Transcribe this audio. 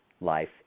life